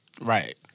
Right